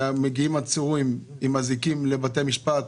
מגיעים עצורים עם אזיקים לבתי משפט,